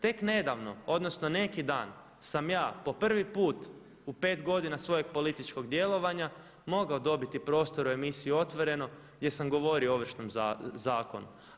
Tek nedavno, odnosno neki dan sam ja po prvi put u 5 godina svojeg političkog djelovanja mogao dobiti prostor u emisiji Otvoreno gdje sam govorio o Ovršnom zakonu.